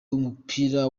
w’umupira